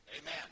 Amen